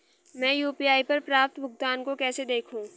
मैं यू.पी.आई पर प्राप्त भुगतान को कैसे देखूं?